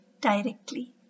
directly